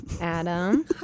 Adam